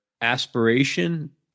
aspiration